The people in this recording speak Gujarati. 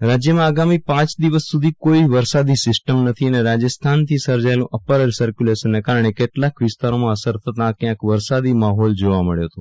રાણા રાજ્યમાં આગામી પાંચ દિવસ સુધી કોઈ વરસાદી સિસ્ટમ નથી અને રાજસ્થાન થી સર્જાયેલું અપર એર સકર્યુલેશન ને કારણે કેટલાક વિસ્તારોમાં અસર થતા કયાંક વરસાદી માહોલ જોવા મળ્યો હતો